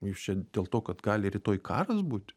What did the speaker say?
jūs čia dėl to kad gali rytoj karas būt